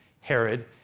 Herod